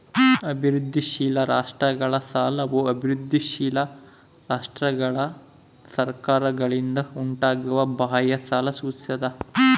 ಅಭಿವೃದ್ಧಿಶೀಲ ರಾಷ್ಟ್ರಗಳ ಸಾಲವು ಅಭಿವೃದ್ಧಿಶೀಲ ರಾಷ್ಟ್ರಗಳ ಸರ್ಕಾರಗಳಿಂದ ಉಂಟಾಗುವ ಬಾಹ್ಯ ಸಾಲ ಸೂಚಿಸ್ತದ